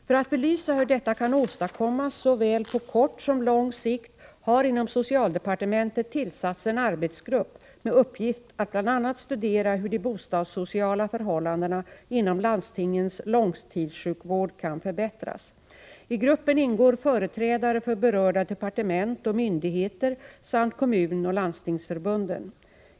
För att belysa hur detta kan åstadkommas, såväl på kort som lång sikt, har inom socialdepartementet tillsatts en arbetsgrupp med uppgift att bl.a. studera hur de bostadssociala förhållandena inom landstingens långtidssjukvård kan förbättras. I gruppen ingår företrädare för berörda departement och myndigheter samt kommunoch landstingsförbunden.